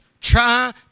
try